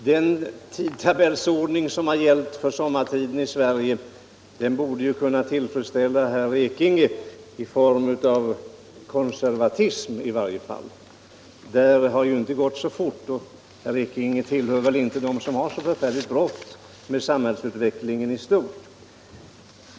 Herr talman! Den tidtabellsordning som gällt för sommartiden i Sverige borde kunna tillfredsställa herr Ekinge, i varje fall när det gäller konservatism. Det har inte gått så fort härvidlag, och herr Ekinge tillhör väl inte dem som har så förfärligt bråttom med samhällsutvecklingen i stort.